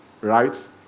right